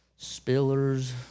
Spillers